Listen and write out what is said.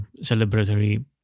celebratory